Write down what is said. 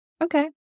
Okay